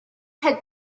had